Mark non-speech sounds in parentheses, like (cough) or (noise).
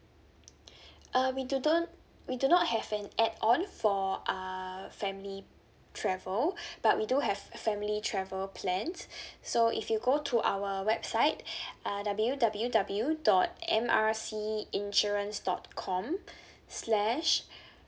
(breath) uh we do don't we do not have an add on for err family travel (breath) but we do have family travel plans (breath) so if you go to our website (breath) uh W W W dot M R C insurance dot com (breath) slash